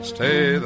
Stay